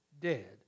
dead